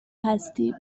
هستیم